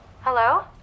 Hello